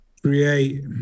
create